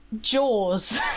Jaws